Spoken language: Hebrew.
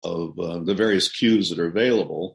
of the various cues that are available.